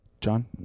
John